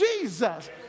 Jesus